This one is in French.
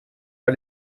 pas